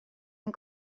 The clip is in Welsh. ein